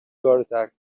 کنن